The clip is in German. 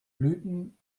blüten